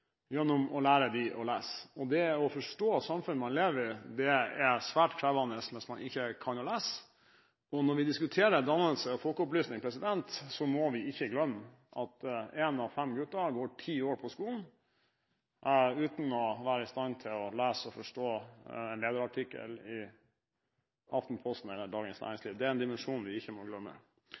gjennom å lære folk å lese. Det å forstå samfunnet man lever i, er svært krevende hvis man ikke kan lese. Når vi diskuterer dannelse og folkeopplysning, må vi ikke glemme at én av fem gutter går ti år på skolen uten å være i stand til å lese og forstå en lederartikkel i Aftenposten eller Dagens Næringsliv. Det er en dimensjon vi ikke må glemme.